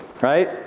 right